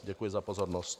Děkuji za pozornost.